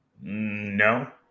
No